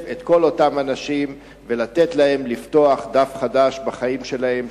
את כל אותם אנשים ולתת להם לפתוח דף חדש בחיים שלהם,